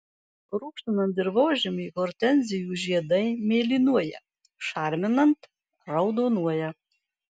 rūgštinant dirvožemį hortenzijų žiedai mėlynuoja šarminant raudonuoja